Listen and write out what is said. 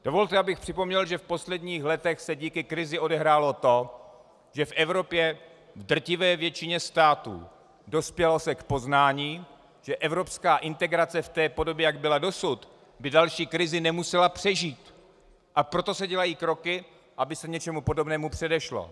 Dovolte, abych připomněl, že v posledních letech se díky krizi odehrálo to, že se v Evropě v drtivě většině států dospělo k poznání, že by evropská integrace v podobě, jak byla dosud, další krizi nemusela přežít, a proto se dělají kroky, aby se něčemu podobnému předešlo.